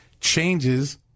changes